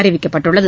அறிவிக்கப்பட்டுள்ளது